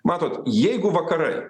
matot jeigu vakarai